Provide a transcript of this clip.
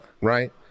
right